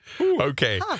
Okay